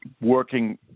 working